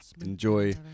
enjoy